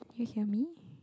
do you hear me